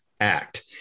act